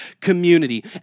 community